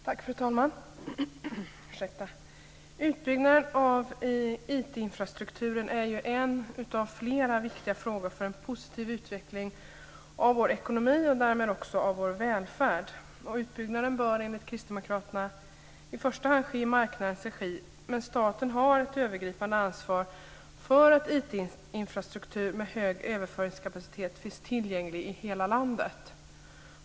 Fru talman! Utbyggnaden av IT-infrastrukturen är en av flera viktiga frågor för en positiv utveckling av vår ekonomi och därmed också vår välfärd. Utbyggnaden bör enligt kristdemokraterna i första hand ske i marknadens regi men staten har ett övergripande ansvar för att IT-infrastruktur med hög överföringskapacitet finns tillgänglig i hela landet.